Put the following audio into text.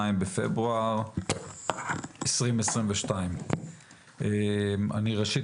ה-22 בפברואר 2022. ראשית,